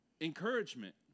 encouragement